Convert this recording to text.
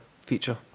feature